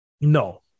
No